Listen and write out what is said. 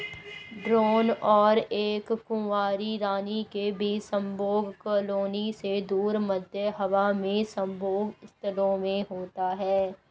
drone और एक कुंवारी रानी के बीच संभोग कॉलोनी से दूर, मध्य हवा में संभोग स्थलों में होता है